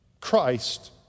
Christ